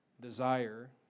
desire